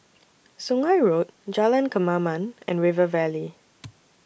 Sungei Road Jalan Kemaman and River Valley